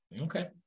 Okay